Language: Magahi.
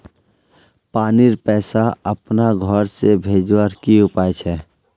पानीर पैसा अपना घोर से भेजवार की उपाय छे?